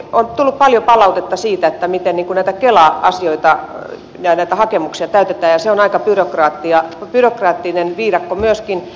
on tullut paljon palautetta siitä miten kela asioita ja näitä hakemuksia täytetään ja se on aika byrokraattinen viidakko myöskin